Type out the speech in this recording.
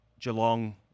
Geelong